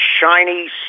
shiny